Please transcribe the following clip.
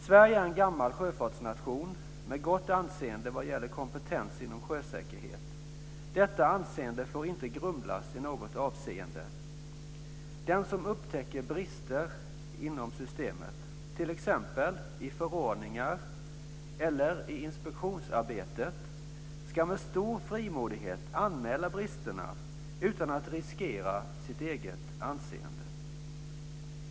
Sverige är en gammal sjöfartsnation med gott anseende vad gäller kompetens inom sjösäkerhet. Detta anseende får inte grumlas i något avseende. Den som upptäcker brister inom systemet, t.ex. i förordningar eller i inspektionsarbetet, ska med stor frimodighet anmäla bristerna utan att riskera sitt eget anseende.